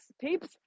peeps